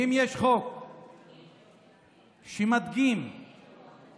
ואם יש חוק שמדגים את